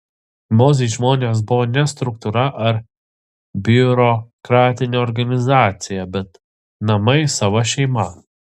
mozei žmonės buvo ne struktūra ar biurokratinė organizacija bet namai sava šeima